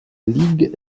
ligue